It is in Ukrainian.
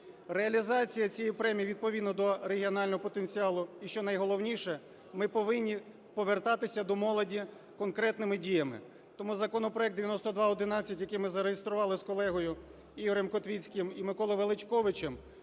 реалізація цієї премії відповідно до регіонального потенціалу. І що найголовніше – ми повинні повертатися до молоді конкретними діями. Тому законопроект 9211, який ми зареєстрували з колегою Ігорем Котвіцьким і Миколою Величковичем,